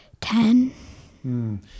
ten